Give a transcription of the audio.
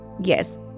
Yes